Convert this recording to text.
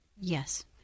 Yes